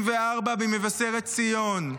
בן 34, ממבשרת ציון,